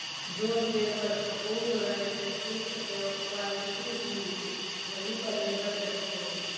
जोन पेड़ पर ककून रहै छे सिल्क के क्वालिटी भी वही पर निर्भर करै छै